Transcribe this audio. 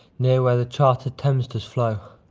near where the charter'd thames does flow.